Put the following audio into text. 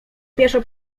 pieszo